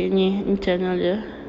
okay ni ni channel dia